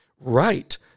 Right